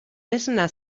esna